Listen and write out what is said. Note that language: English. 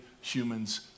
humans